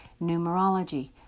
numerology